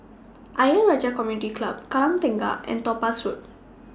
Ayer Rajah Community Club Kallang Tengah and Topaz Road